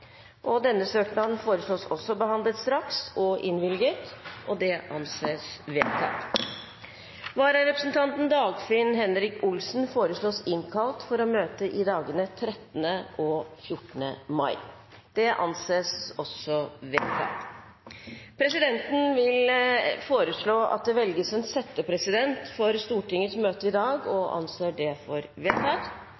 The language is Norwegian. Vararepresentanten, Dagfinn Henrik Olsen, innkalles for å møte i dagene 13. og 14. mai. Presidenten vil foreslå at det velges en settepresident for Stortingets møte i dag – og anser det som vedtatt. Presidenten foreslår Hans Andreas Limi. – Andre forslag foreligger ikke, og